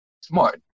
smart